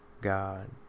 God